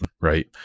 right